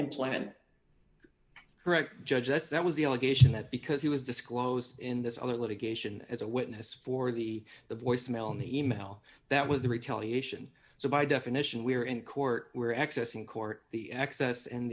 employment correct judge s that was the allegation that because he was disclosed in this other litigation as a witness for the the voice mail in the e mail that was the retaliation so by definition we're in court were excess in court the excess